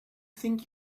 think